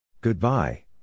Goodbye